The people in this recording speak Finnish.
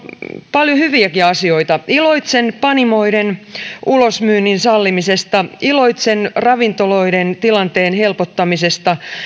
paljon hyviäkin asioita iloitsen panimoiden ulosmyynnin sallimisesta iloitsen ravintoloiden tilanteen helpottamisesta